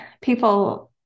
People